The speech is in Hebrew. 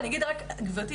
גברתי,